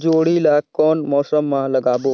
जोणी ला कोन मौसम मा लगाबो?